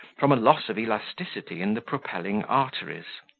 from a loss of elasticity in the propelling arteries.